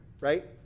right